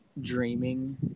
dreaming